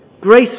grace